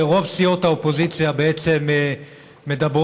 רוב סיעות האופוזיציה בעצם מדברות,